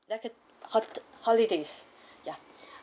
like a hote~ holidays ya